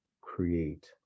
create